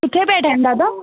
किथे पिया ठहनि दादा